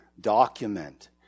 document